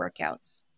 workouts